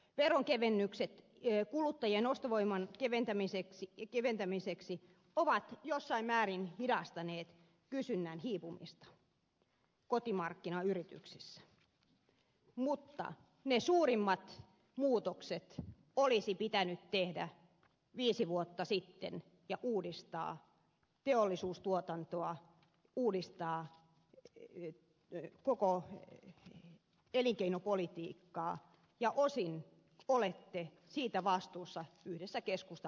veronkevennykset kuluttajien ostovoiman keventämiseksi ovat jossain määrin hidastaneet kysynnän hiipumista kotimarkkinayrityksissä mutta ne suurimmat muutokset olisi pitänyt tehdä viisi vuotta sitten ja uudistaa teollisuustuotantoa uudistaa koko elinkeinopolitiikkaa ja osin olette siitä vastuussa yhdessä keskusta